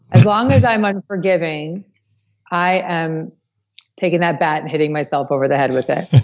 as long as i'm unforgiving i am taking that bat and hitting myself over the head with it.